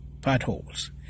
potholes